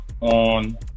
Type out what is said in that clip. on